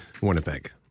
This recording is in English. Winnipeg